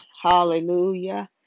Hallelujah